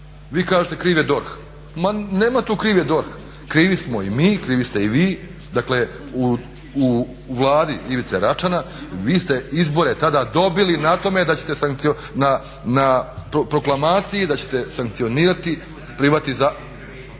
Vi kažete kriv je DORH, ma nema tu kriv je DORH, krivi smo i mi, krivi ste i vi, dakle u Vladi Ivice Račana vi ste izbore tada dobili na tome, na proklamaciji da ćete sankcionirati kriminalnu